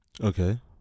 Okay